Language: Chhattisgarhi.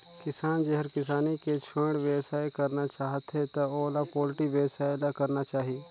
किसान जेहर किसानी के छोयड़ बेवसाय करना चाहथे त ओला पोल्टी बेवसाय ल करना चाही